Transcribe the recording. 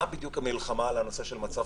מהי בדיוק המלחמה על הנושא של מצב